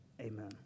amen